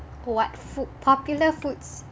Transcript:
what food popular foods